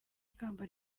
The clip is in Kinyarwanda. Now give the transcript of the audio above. ikamba